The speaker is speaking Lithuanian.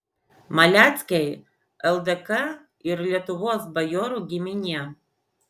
maleckiai ldk ir lietuvos bajorų giminė